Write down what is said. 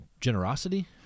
generosity